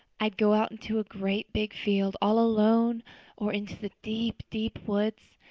i'd go out into a great big field all alone or into the deep, deep, woods,